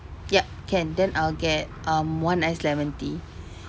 ya can then I'll get um one iced lemon tea